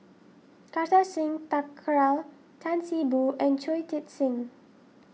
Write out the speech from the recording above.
Kartar Singh Thakral Tan See Boo and Shui Tit Sing